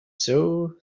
sow